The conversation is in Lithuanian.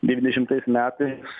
devyniasdešimtais metais